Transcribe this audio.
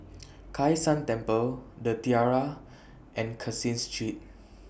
Kai San Temple The Tiara and Caseen Street